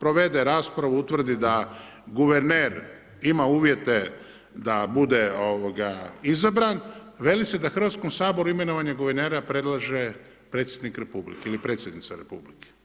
provede raspravu, utvrdi da guverner ima uvjete da bude izabran, veli se da Hrvatskom saboru imenovanje guvernera predlaže predsjednik Republike ili predsjednica Republike.